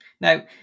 Now